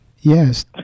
Yes